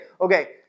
okay